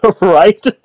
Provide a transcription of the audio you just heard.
right